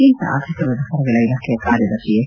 ಕೇಂದ್ರ ಅರ್ಥಿಕ ವ್ವವಹಾರಗಳ ಇಲಾಖೆಯ ಕಾರ್ಯದರ್ಶಿ ಎಸ್